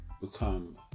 become